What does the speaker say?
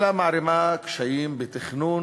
אלא היא מערימה קשיים בתכנון